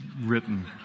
written